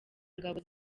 ngabo